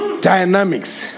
Dynamics